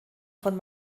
von